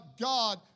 God